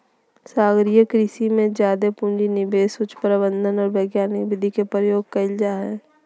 सागरीय कृषि में जादे पूँजी, निवेश, उच्च प्रबंधन और वैज्ञानिक विधि के प्रयोग कइल जा हइ